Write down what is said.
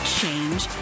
change